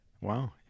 Wow